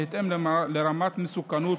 בהתאם לרמת מסוכנות,